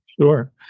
Sure